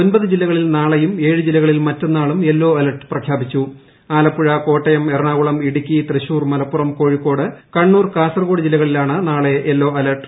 ഒൻപത് ജില്ലകളിൽ ന്റാളെയും ഏഴ് ജില്ലകളിൽ മറ്റന്നാളും യെല്ലോ അലർട്ട് പ്രഖ്യാഷിച്ചു് ആലപ്പുഴ കോട്ടയം എറണാകുളം ഇടുക്കി തൃശൂർ മലപ്പുറം കോഴിക്കോട് കണ്ണൂർ കാസർകോട് ജില്ലകളിലാണ് നാളെ യെല്ലോ അലർട്ട്